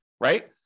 right